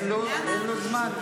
אין לו זמן.